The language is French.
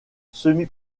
semi